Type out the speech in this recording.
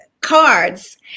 cards